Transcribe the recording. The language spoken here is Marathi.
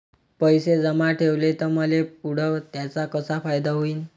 पैसे जमा ठेवले त मले पुढं त्याचा कसा फायदा होईन?